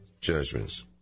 judgments